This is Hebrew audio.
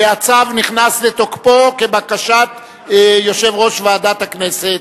והצו נכנס לתוקפו כבקשת יושב-ראש ועדת הכספים,